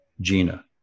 Gina